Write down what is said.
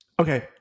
Okay